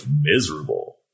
miserable